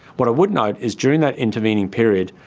what i would note is during that intervening period,